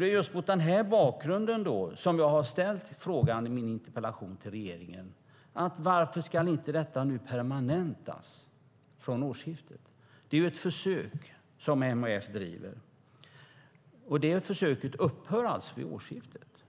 Det är just mot den här bakgrunden som jag har ställt denna fråga i min interpellation till regeringen: Varför ska inte detta permanentas från årsskiftet? Det är ett försök som MHF driver. Det upphör alltså vid årsskiftet,